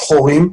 שחורים,